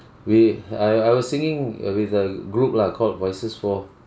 we I I was singing uh with a group lah called voices four